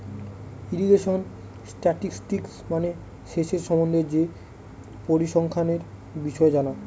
irrigation statistics মানে সেচের সম্বন্ধে যে পরিসংখ্যানের বিষয় জানা